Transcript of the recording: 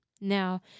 Now